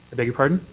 beg your pardon?